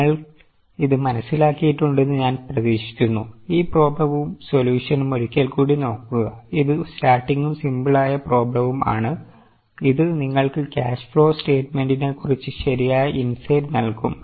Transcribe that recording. നിങ്ങൾ ഇത് മനസ്സിലാക്കിയിട്ടുണ്ടെന്ന് ഞാൻ പ്രതീക്ഷിക്കുന്നു ഈ പ്രോബ്ലെവും സൊലിയൂഷനും ഒരിക്കൽ കൂടി നോക്കുക ഇത് ഒരു സ്റ്റാർട്ടിങ്ങും സിംപിൾ ആയ പ്രോബ്ലവും ആണ് ഇത് നിങ്ങൾക്ക് ക്യാഷ് ഫ്ലോ സ്റ്റയ്ട്ട്മെന്റിനെക്കുറിച്ച് ശരിയായ ഇൻസൈറ്റ് നൽകും